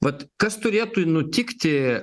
vat kas turėtų nutikti